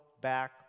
back